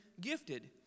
gifted